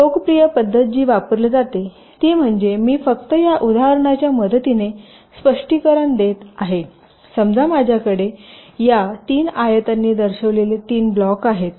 एक लोकप्रिय पद्धत जी वापरली जाते ती म्हणजे मी फक्त या उदाहरणाच्या मदतीने स्पष्टीकरण देत आहे समजा माझ्याकडे या 3 आयतांनी दर्शविलेले 3 ब्लॉक आहेत